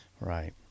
Right